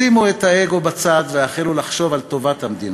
שימו את האגו בצד והחלו לחשוב על טובת המדינה.